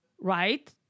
right